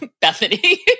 Bethany